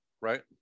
right